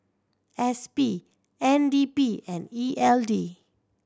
S P N D P and E L D